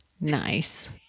Nice